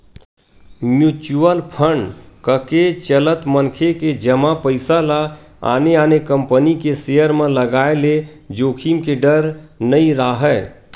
mutual fund कके चलत मनखे के जमा पइसा ल आने आने कंपनी के सेयर म लगाय ले जोखिम के डर नइ राहय